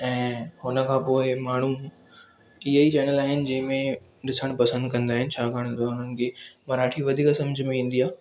ऐ हुन खां पोइ इहे माण्हू कीअं ई चैनल आहिनि जिंहिं में ॾिसण पसंदि कंदा आहिनि छाकाणि त हुननि खे मराठी वधीक सम्झ में ईंदी आ